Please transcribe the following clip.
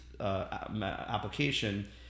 application